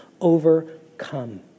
overcome